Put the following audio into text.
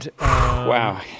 Wow